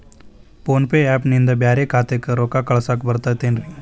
Phone pay app ನಿಂದ ಬ್ಯಾರೆ ಖಾತೆಕ್ ರೊಕ್ಕಾ ಕಳಸಾಕ್ ಬರತೈತೇನ್ರೇ?